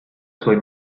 suoi